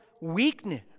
weakness